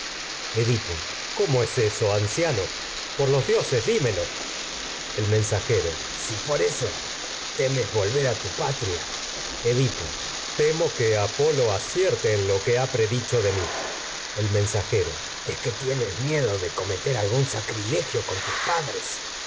edipo cómo es eso anciano por los el dioses dimelo mensajero si por eso temes volver a tu patria en edipo temo que apolo acierte lo que ha predicho el de mi mensajero es que tienes miedo de cometer algún sacrilegio con tus edipo eso padres